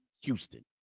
Houston